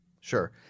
sure